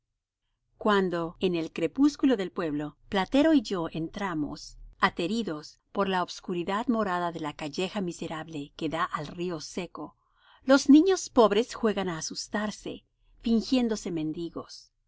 cuando en el crepúsculo del pueblo platero y yo entramos ateridos por la obscuridad morada de la calleja miserable que da al río seco los niños pobres juegan á asustarse fingiéndose mendigos uno